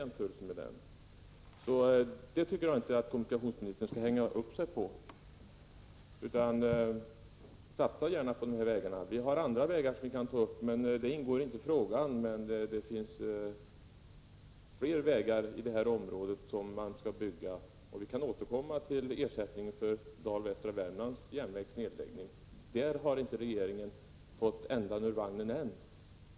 Kommunikationsministern skall inte hänga upp sig på det här, utan det går bra att satsa på dessa vägar. Det finns också andra vägar i detta område som skall byggas och som kan tas upp till diskussion, men de ingår inte i min fråga. Vi kan återkomma till frågan om ersättning för den nedlagda Dal-Västra Värmlands järnväg.